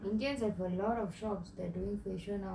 indians have a lot of jobs they're doing facial nowadays